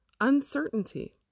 uncertainty